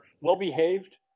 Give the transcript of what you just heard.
well-behaved